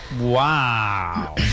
Wow